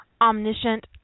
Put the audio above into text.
omniscient